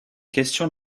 question